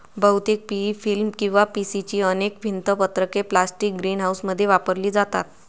बहुतेक PE film किंवा PC ची अनेक भिंत पत्रके प्लास्टिक ग्रीनहाऊसमध्ये वापरली जातात